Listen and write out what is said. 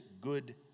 good